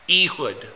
Ehud